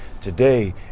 Today